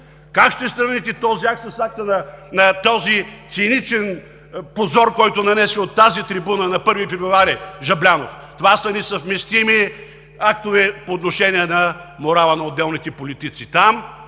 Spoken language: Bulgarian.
Как ще сравните този акт с акта на циничния позор, който нанесе от тази трибуна на 1 февруари Жаблянов?! Това са несъвместими актове по отношение морала на отделните политици!